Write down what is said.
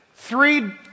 Three